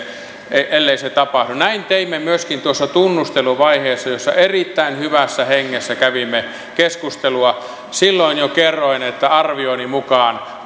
ellei se tapahdu näin teimme myöskin tuossa tunnusteluvaiheessa jossa erittäin hyvässä hengessä kävimme keskustelua silloin jo kerroin että arvioni mukaan